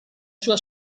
sua